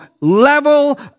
level